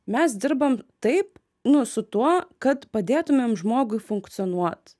mes dirbam taip nu su tuo kad padėtumėm žmogui funkcionuot